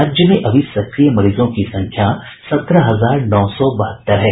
राज्य में अभी सक्रिय मरीजों की संख्या सत्रह हजार नौ सौ बहत्तर है